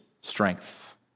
strength